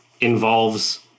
involves